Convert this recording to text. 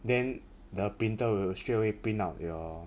then the printer will straightaway print out your